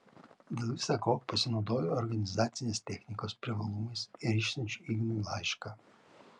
dėl visa ko pasinaudoju organizacinės technikos privalumais ir išsiunčiu ignui laišką